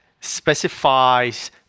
specifies